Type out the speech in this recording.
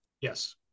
Yes